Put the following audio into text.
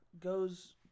goes